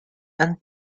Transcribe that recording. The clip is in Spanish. han